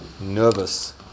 nervous